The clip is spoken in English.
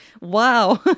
wow